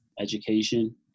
education